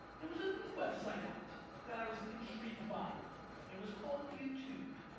there was a new website out that i was intrigued by it was called youtube.